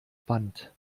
band